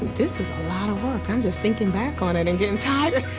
this is a lot of work. i'm just thinking back on it and getting tired.